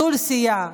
פיצול סיעה.